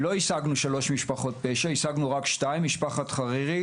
לא השגנו שלוש משפחות פשע, אלא שתיים, משפחת חרירי